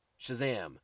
Shazam